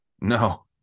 No